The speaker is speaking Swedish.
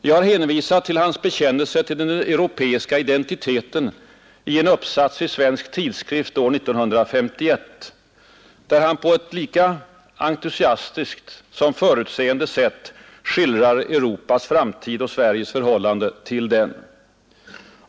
Jag har hänvisat till hans na mellan Sverige bekännelse till den europeiska identiteten i en uppsats i Svensk Tidskrift och EEC år 1951, där han på ett lika entusiastiskt som förutseende sätt skildrar Europas framtid och Sveriges förhållande till den.